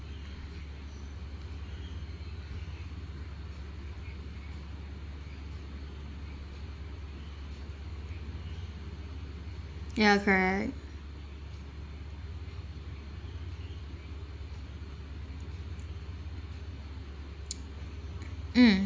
ya correct mm